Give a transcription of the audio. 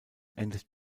endet